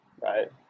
Right